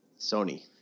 Sony